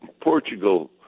Portugal